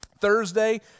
Thursday